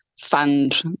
fund